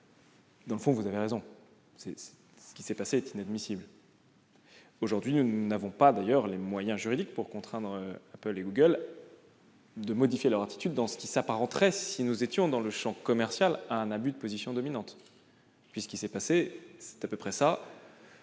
Sur le fond, vous avez raison : ce qui s'est passé est inadmissible. De fait, aujourd'hui, nous n'avons pas les moyens juridiques de contraindre Apple et Google à modifier leur attitude dans ce qui s'apparenterait, si nous étions dans le champ commercial, à un abus de position dominante. C'est à peu près de